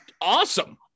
awesome